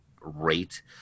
rate